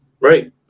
Right